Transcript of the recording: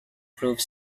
proved